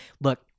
Look